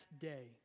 day